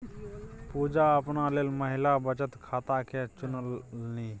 पुजा अपना लेल महिला बचत खाताकेँ चुनलनि